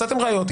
מצאתם ראיות.